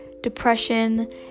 depression